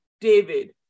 David